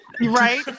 Right